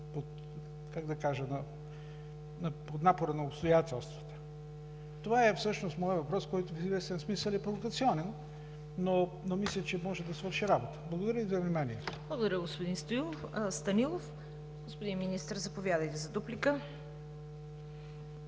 под напора на обстоятелствата. Това е всъщност моят въпрос, който в известен смисъл е пунктуационен, но мисля, че може да свърши работа. Благодаря Ви за вниманието. ПРЕДСЕДАТЕЛ ЦВЕТА КАРАЯНЧЕВА: Благодаря, господин Станилов. Господин Министър, заповядайте за дуплика.